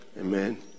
Amen